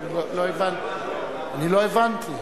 אני לא הבנתי.